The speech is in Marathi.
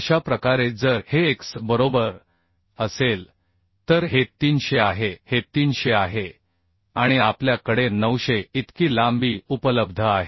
अशा प्रकारे जर हे एक्स बरोबर असेल तर हे 300 आहे हे 300 आहे आणि आपल्या कडे 900 इतकी लांबी उपलब्ध आहे